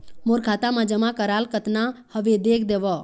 मोर खाता मा जमा कराल कतना हवे देख देव?